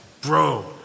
bro